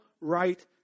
right